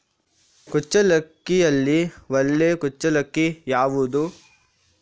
ಕುಚ್ಚಲಕ್ಕಿಯಲ್ಲಿ ಒಳ್ಳೆ ಕುಚ್ಚಲಕ್ಕಿ ಯಾವುದು?